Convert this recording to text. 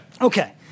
Okay